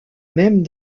même